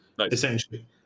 essentially